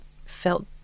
felt